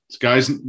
Guys